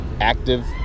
active